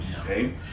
okay